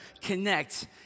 connect